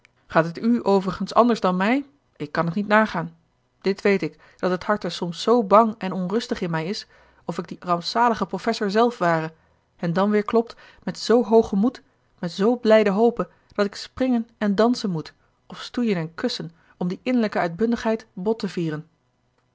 gaat het u overigen anders dan mij ik kan t niet nagaan dit weet ik dat het harte soms zoo bang en onrustig in mij is of ik die rampzalige professor zelf ware en dan weêr klopt met zoo hoogen moed met zoo blijde hope dat ik springen en dansen moet of stoeien en kussen om die innerlijke uitbundigheid bot te vieren